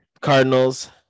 Cardinals